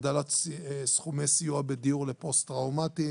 הגדלת סכומי סיוע בדיור לפוסט-טראומתיים,